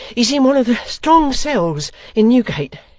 he's in one of the strong cells in newgate.